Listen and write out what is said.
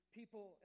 people